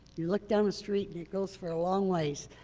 you look down a street and it goes for a long ways.